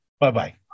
Bye-bye